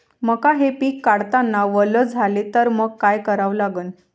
मका हे पिक काढतांना वल झाले तर मंग काय करावं लागन?